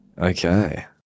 Okay